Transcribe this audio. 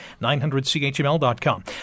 900chml.com